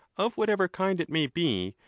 of whatever kind it may be,